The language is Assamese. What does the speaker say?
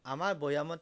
আমাৰ বৈয়ামত